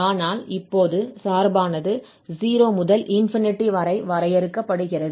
ஆனால் இப்போது சார்பானது 0 முதல் வரை வரையறுக்கப்படுகிறது